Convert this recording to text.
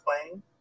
playing